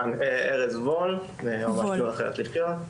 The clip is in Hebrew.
ארז וול, יועמ"ש תנו לחיות לחיות.